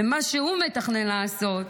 ומה שהוא מתכנן לעשות,